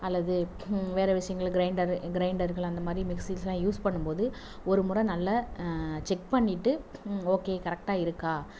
அல்லது வேறு விஷயங்களும் கிரைன்டரு கிரைன்டருக்குலாம் இந்த மாதிரி மிஷின்ஸ்லாம் யூஸ் பண்ணும் போது ஒரு முறை நல்ல செக் பண்ணிகிட்டு ஓகே கரெக்டாக இருக்கா